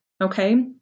okay